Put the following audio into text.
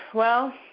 well,